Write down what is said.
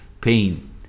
pain